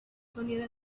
sonido